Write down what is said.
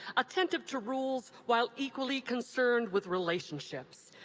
attentive to rules while equally concerned with relationships.